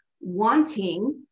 wanting